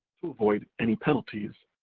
to avoid any penalties.